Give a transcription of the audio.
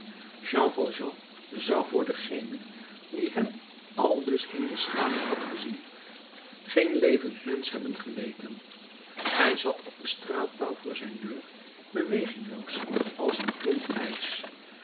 jean valjean zou voor dengene die hem aldus in die schaduw had gezien geen levend mensch hebben geleken hij zat op den straatpaal voor zijn deur bewegingloos als een klomp ijs